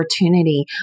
opportunity